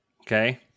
Okay